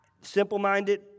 simple-minded